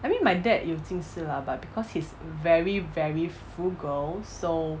I mean my dad 有近视 lah but because he's very very frugal so